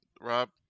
Rob